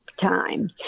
time